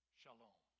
shalom